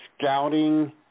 scouting